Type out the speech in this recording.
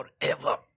forever